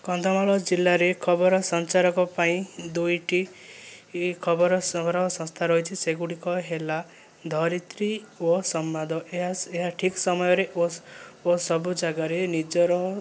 କନ୍ଧମାଳ ଜିଲ୍ଲାରେ ଖବର ସଞ୍ଚାରକ ପାଇଁ ଦୁଇଟି ଖବର ସଂଗ୍ରହର ସଂସ୍ଥା ରହିଛି ସେଗୁଡ଼ିକ ହେଲା ଧରିତ୍ରୀ ଓ ସମ୍ବାଦ ଏହା ଏହା ଠିକ ସମୟରେ ଓ ଓ ସବୁ ଜାଗାରେ ନିଜର